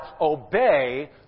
obey